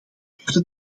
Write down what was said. korte